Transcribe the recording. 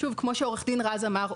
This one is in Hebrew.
כמו שעורך דין רז אמר,